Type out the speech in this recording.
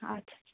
আচ্ছা আচ্ছা